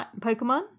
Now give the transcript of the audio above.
Pokemon